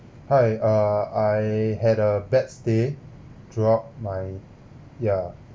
hi uh I had a bad stay throughout my yeah